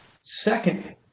Second